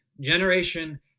Generation